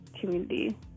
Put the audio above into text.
community